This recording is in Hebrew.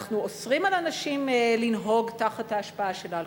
אנחנו אוסרים על אנשים לנהוג תחת השפעה של אלכוהול,